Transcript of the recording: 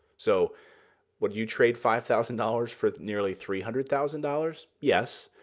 so would you trade five thousand dollars for nearly three hundred thousand dollars? yes,